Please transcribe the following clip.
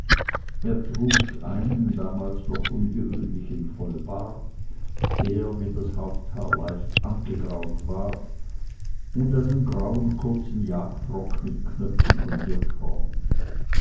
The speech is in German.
trug einen damals noch ungewöhnlichen vollbart der wie das haupthaar leicht angegraut war und einen grauen kurzen jagdrock mit knöpfen von